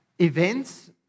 events